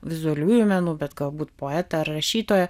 vizualiųjų menų bet galbūt poetą ar rašytoją